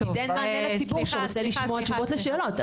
תיתן מענה לציבור שרוצה לשמוע תשובות לשאלות.